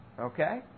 Okay